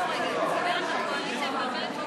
מימון בחירות שבוטלו),